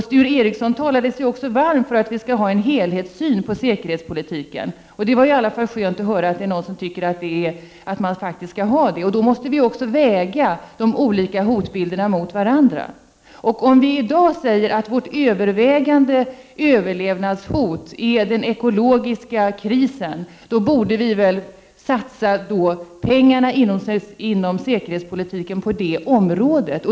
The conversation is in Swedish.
Sture Ericson talade sig varm för att vi skall ha en helhetssyn på säkerhetspolitiken, och det var skönt att höra att det finns någon som faktiskt tycker att vi skall ha det. Då måste vi också väga de olika hotbilderna mot varandra. Om vi i dag säger att vårt övervägande överlevnadshot är den ekologiska krisen, borde vi väl satsa pengarna inom säkerhetspolitiken på det området.